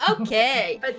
Okay